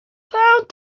found